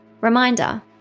Reminder